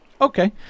Okay